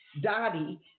Dottie